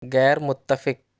غیر متفق